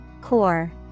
Core